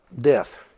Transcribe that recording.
death